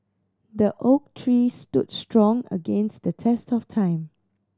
the oak tree stood strong against the test of time